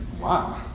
Wow